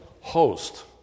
host